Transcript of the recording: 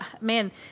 man